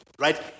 Right